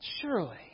surely